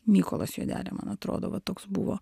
mykolas juodelė man atrodo va toks buvo